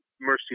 mercy